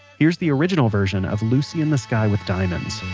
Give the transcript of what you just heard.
here's the original version of lucy in the sky with diamonds